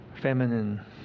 feminine